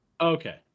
Okay